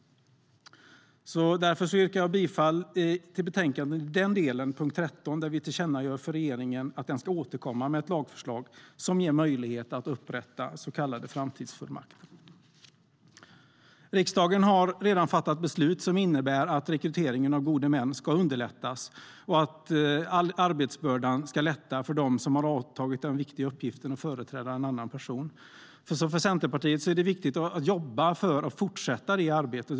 Därför yrkar jag bifall till punkt 13 i betänkandet, det vill säga tillkännagivandet till regeringen att återkomma med ett lagförslag som ger möjlighet att upprätta så kallade framtidsfullmakter. Riksdagen har redan fattat beslut som innebär att rekryteringen av gode män ska underlättas och att arbetsbördan ska lätta för dem som har påtagit sig den viktiga uppgiften att företräda en annan person. För Centerpartiet är det viktigt att jobba för att fortsätta det arbetet.